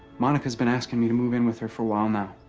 monica's been asking me to move in with her for awhile now,